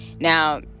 Now